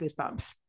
goosebumps